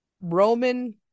Roman